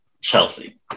Chelsea